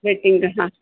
वेटिंगला हां